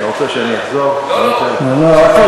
בחלק